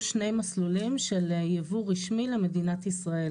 שני מסלולים של יבוא רשמי למדינת ישראל.